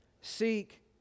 Seek